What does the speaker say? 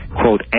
quote